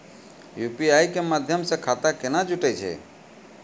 UPI के माध्यम से खाता केना जुटैय छै?